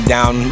Down